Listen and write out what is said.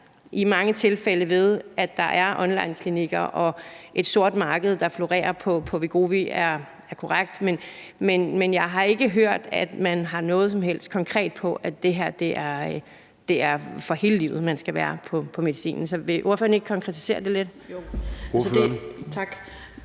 i mange tilfælde gør det ved, at der er onlineklinikker og et sort marked, der lukrerer på Wegovy, er korrekt, men jeg har ikke hørt, at man har noget som helst konkret eksempel på, at det er resten af livet, man skal være på medicinen. Så vil ordføreren ikke konkretisere det lidt? Kl.